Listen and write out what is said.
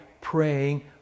praying